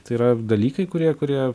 tai yra dalykai kurie kurie